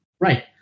Right